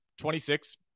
26